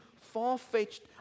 far-fetched